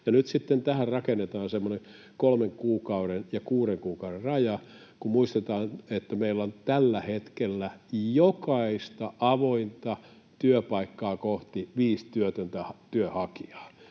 tähän rakennetaan semmoinen kolmen kuukauden ja kuuden kuukauden raja. Kun muistetaan, että meillä on tällä hetkellä jokaista avointa työpaikkaa kohti viisi työtöntä työnhakijaa,